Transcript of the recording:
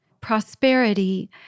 prosperity